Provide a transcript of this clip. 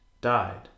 died